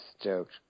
stoked